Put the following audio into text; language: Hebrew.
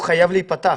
חייב להיפתח.